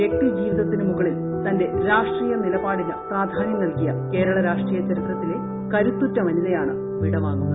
വ്യക്തി ജീവിതത്തിന് മുകളിൽ തന്റെ രാഷ്ട്രീയ നിലപാടിന് പ്രാധാന്യം നൽകിയ കേരള രാഷ്ട്രീയ ചരിത്രത്തിലെ കരുത്തുറ്റ വനിതയാണ് വിടവാങ്ങുന്നത്